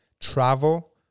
travel